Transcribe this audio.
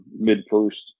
mid-first